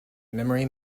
memory